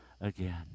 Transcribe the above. again